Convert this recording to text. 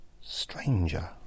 stranger